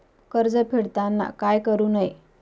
कर्ज फेडताना काय करु नये?